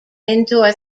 indoor